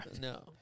No